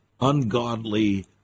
ungodly